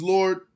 Lord